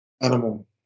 animal